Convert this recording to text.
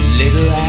little